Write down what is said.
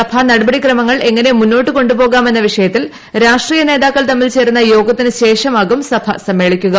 സഭാ നടപടിക്രമങ്ങൾ എങ്ങനെ മുന്നോട്ട് കൊണ്ടുപോകാമെന്ന വിഷയത്തിൽ രാഷ്ട്രീയ നേതാക്കൾ തമ്മിൽ ചേരുന്ന യോഗത്തിന് ശേഷമാകും സഭ സമ്മേളിക്കുക